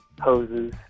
hoses